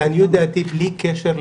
לעניות דעתי, בלי קשר לזה,